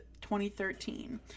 2013